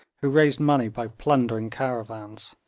who raised money by plundering caravans.